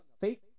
fake